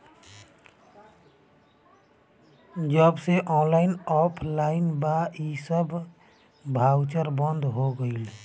जबसे online app आईल बा इ सब बाउचर बंद हो गईल